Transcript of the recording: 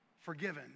forgiven